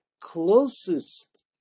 closest